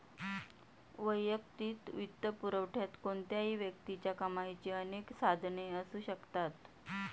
वैयक्तिक वित्तपुरवठ्यात कोणत्याही व्यक्तीच्या कमाईची अनेक साधने असू शकतात